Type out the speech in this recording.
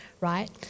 right